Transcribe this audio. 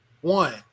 One